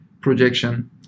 projection